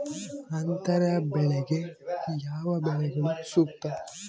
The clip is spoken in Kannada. ಅಂತರ ಬೆಳೆಗೆ ಯಾವ ಬೆಳೆಗಳು ಸೂಕ್ತ?